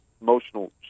emotional